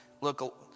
look